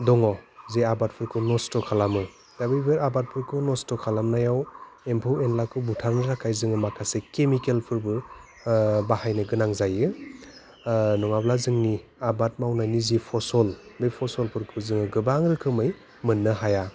दङ जे आबादफोरखौ नस्थ' खालामो दा बैफोर आबादफोरखौ नस्थ' खालामनायाव एम्फौ एनलाखौ बुथारनो थाखाय जोङो माखासे केमिकेलफोरबो बाहायनो गोनां जायो नङाब्ला जोंनि आबाद मावनायनि जि फसल बे फसलफोरखौ जोङो गोबां रोखोमै मोननो हाया